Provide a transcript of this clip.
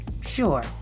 sure